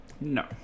No